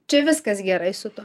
čia viskas gerai su tuo